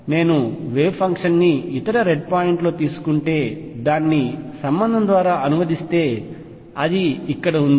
నేను వేవ్ ఫంక్షన్ని ఇతర రెడ్ పాయింట్లో తీసుకుంటే దాన్ని సంబంధం ద్వారా అనువదిస్తే అది ఇక్కడ ఉంది